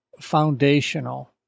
foundational